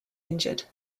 injured